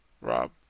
Rob